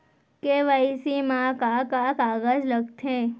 KYC मा का का कागज लगथे?